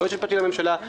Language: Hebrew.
היועץ המשפטי לממשלה,